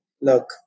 look